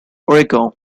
oregon